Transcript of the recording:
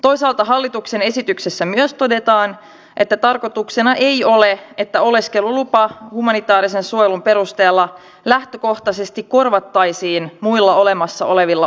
toisaalta hallituksen esityksessä myös todetaan että tarkoituksena ei ole että oleskelulupa humanitaarisen suojelun perusteella lähtökohtaisesti korvattaisiin muilla olemassa olevilla oleskelulupaperusteilla